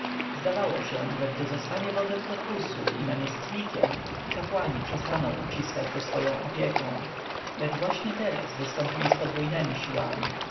zdawało się że gdy zostanie wodzem korpusu i namiestnikiem kapłani przestaną uciskać go swoją opieką lecz właśnie teraz wystąpili z podwójnemi siłami